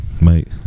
Mate